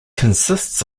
consists